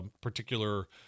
particular